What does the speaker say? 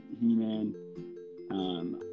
He-Man